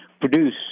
produce